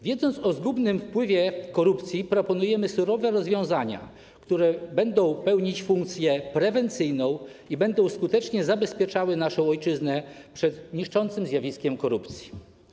Wiedząc o zgubnym wpływie korupcji, proponujemy surowe rozwiązania, które będą pełniły funkcję prewencyjną i będą skutecznie zabezpieczały naszą ojczyznę przed niszczącym zjawiskiem korupcji.